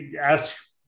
ask